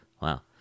wow